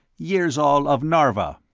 yirzol of narva.